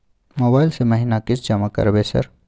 Mobile से महीना किस्त जमा करबै सर?